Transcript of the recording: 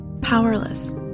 Powerless